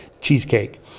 Cheesecake